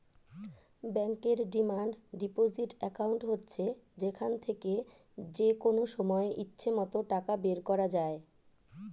ব্যাংকের demand deposit account হচ্ছে যেখান থেকে যেকনো সময় ইচ্ছে মত টাকা বের করা যায়